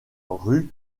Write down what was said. rue